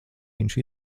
viņš